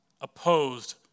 opposed